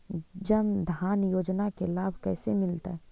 जन धान योजना के लाभ कैसे मिलतै?